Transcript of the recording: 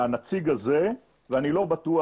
הנציג הזה, ואני לא בטוח